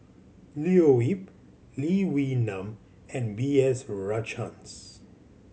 Leo Yip Lee Wee Nam and B S Rajhans